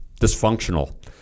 dysfunctional